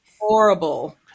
horrible